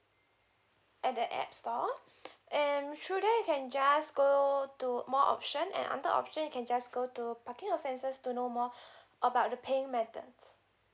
at the app store and through there you can just go to more option and under option you can just go to parking offences to know more about the paying methods